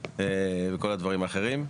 וכל הדברים האחרים,